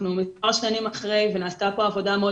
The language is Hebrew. אנחנו מספר שנים אחרי ונעשתה פה עבודה מאוד